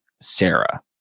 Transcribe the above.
Sarah